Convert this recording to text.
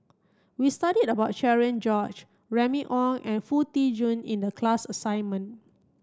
we studied about Cherian George Remy Ong and Foo Tee Jun in the class assignment